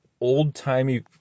old-timey